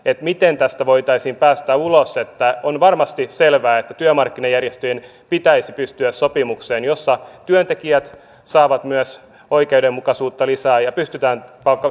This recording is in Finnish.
miten tästä voitaisiin päästä ulos on varmasti selvää että työmarkkinajärjestöjen pitäisi pystyä sopimukseen jossa työntekijät saavat myös oikeudenmukaisuutta lisää ja ja pystytään